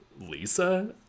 Lisa